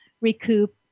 recoup